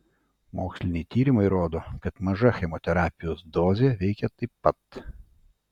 moksliniai tyrimai rodo kad maža chemoterapijos dozė veikia taip pat